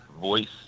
voice